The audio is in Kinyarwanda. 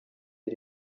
iri